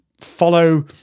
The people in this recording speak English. follow